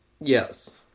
Yes